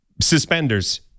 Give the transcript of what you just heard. suspenders